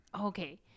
Okay